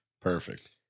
Perfect